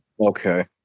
Okay